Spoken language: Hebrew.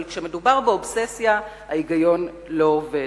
אבל כשמדובר באובססיה, ההיגיון לא עובד.